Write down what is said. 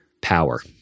power